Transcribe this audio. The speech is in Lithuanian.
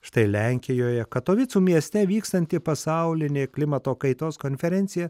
štai lenkijoje katovicų mieste vykstanti pasaulinė klimato kaitos konferencija